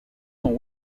sont